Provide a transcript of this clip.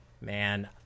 Man